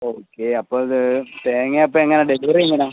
okay അപ്പോൾ ഇത് തേങ്ങ അപ്പോൾ എങ്ങനെ ഡെലിവറി എങ്ങനെയാണ്